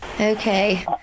Okay